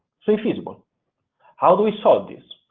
it's infeasible how do we solve this?